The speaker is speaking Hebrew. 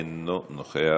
אינו נוכח,